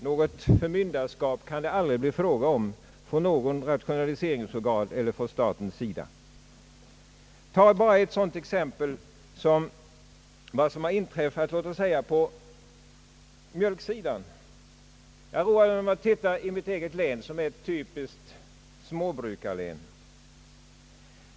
Något förmynderskap kan det aldrig bli fråga om från något rationaliseringsorgan eller från staten. Ta såsom exempel vad som har inträffat i fråga om mjölkproduktionen. Jag har roat mig med att undersöka förhållandena i mitt eget län, som är ett typiskt småbrukarlän.